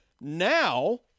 Now